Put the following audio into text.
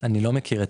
אני לא מכיר.